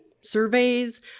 surveys